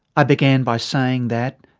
i began by saying that,